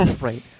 Right